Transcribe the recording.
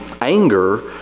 Anger